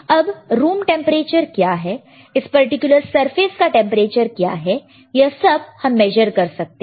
अब room temperature क्या है इस पर्टिकुलर सरफेस का टेंपरेचर क्या है यह सब हम मेजर कर सकते हैं